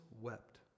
wept